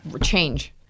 Change